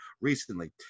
recently